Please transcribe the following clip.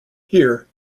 here